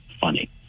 funny